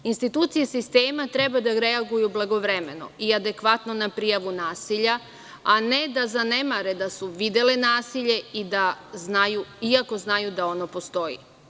Institucije sistema treba da reaguju blagovremno i adekvatno na prijavu nasilja, a ne da zanemare da su videle nasilje i da znaju da ono postoji.